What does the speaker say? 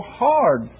hard